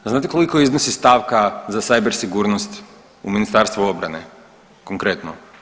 Znate koliko iznosi stavka za cyber sigurnost u Ministarstvu obrane konkretno?